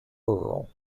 earl